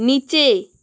नीचे